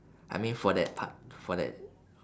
I mean for that part for that